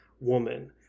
woman